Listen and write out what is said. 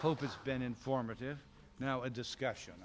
hope it's been informative now a discussion